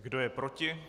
Kdo je proti?